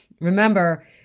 remember